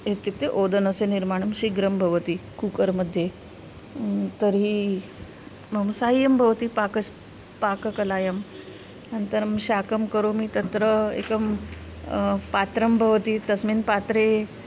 इत्युक्ते ओदनस्य निर्माणं शीघ्रं भवति कुकर् मध्ये तर्हि मम सहायं भवति पाकः पाककलायाम् अनन्तरं शाकं करोमि तत्र एकं पात्रं भवति तस्मिन् पात्रे